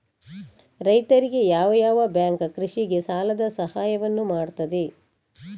ರೈತರಿಗೆ ಯಾವ ಯಾವ ಬ್ಯಾಂಕ್ ಕೃಷಿಗೆ ಸಾಲದ ಸಹಾಯವನ್ನು ಮಾಡ್ತದೆ?